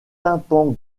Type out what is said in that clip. tympan